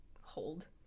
hold